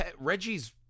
Reggie's